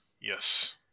Yes